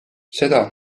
seda